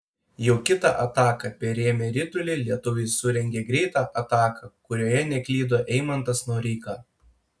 jau kitą ataką perėmę ritulį lietuviai surengė greitą ataką kurioje neklydo eimantas noreika